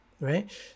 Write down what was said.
right